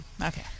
Okay